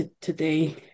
today